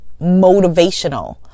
motivational